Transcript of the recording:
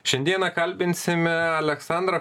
šiandieną kalbinsime aleksandrą